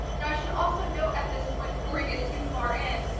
now i should also note at this point before we get too far in,